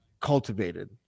cultivated